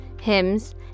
hymns